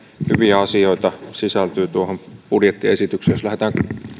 hyviä asioita sisältyy tuohon budjettiesitykseen jos lähdetään